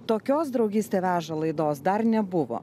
tokios draugystė veža laidos dar nebuvo